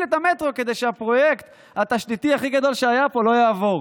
את המטרו רק כדי שהפרויקט התשתיתי הכי גדול שהיה פה לא יעבור.